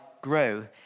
grow